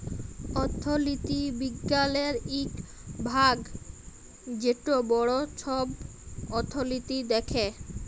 অথ্থলিতি বিজ্ঞালের ইক ভাগ যেট বড় ছব অথ্থলিতি দ্যাখে